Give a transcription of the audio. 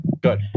Good